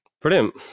Brilliant